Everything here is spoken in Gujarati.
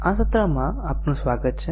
આ સત્રમાં આપનું સ્વાગત છે